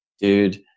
Dude